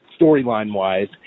storyline-wise